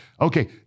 Okay